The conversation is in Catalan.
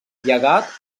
llegat